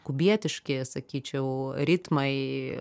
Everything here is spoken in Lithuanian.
kubietiški sakyčiau ritmai